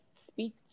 speak